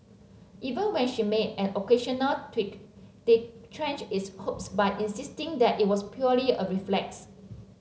even when she made an occasional twitch they quashed his hopes by insisting that it was purely a reflex